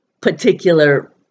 particular